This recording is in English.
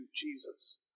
Jesus